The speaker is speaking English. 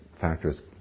factors